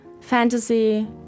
fantasy